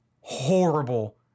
horrible